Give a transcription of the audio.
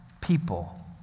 people